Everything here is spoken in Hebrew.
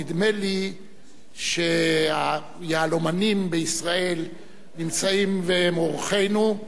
נדמה לי שהיהלומנים בישראל נמצאים והם אורחינו.